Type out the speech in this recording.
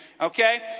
okay